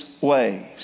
ways